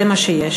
זה מה שיש.